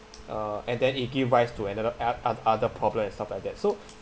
uh and then it give rise to another ap~ ot~ other problem and stuff like that so